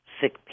sick